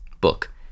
book